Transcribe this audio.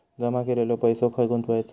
जमा केलेलो पैसो खय गुंतवायचो?